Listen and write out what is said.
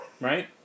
right